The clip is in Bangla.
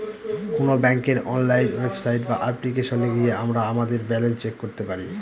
কোন ব্যাঙ্কের অনলাইন ওয়েবসাইট বা অ্যাপ্লিকেশনে গিয়ে আমরা আমাদের ব্যালান্স চেক করতে পারি